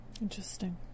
Interesting